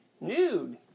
Nude